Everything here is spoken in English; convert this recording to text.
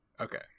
Okay